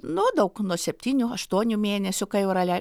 nu daug nuo septynių aštuonių mėnesių kai urale